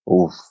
oof